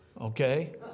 okay